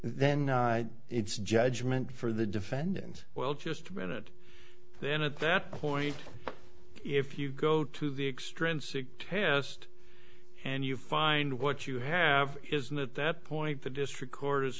then it's judgment for the defendant well just a minute then at that point if you go to the extrinsic test and you find what you have is that that point the district court is